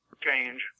change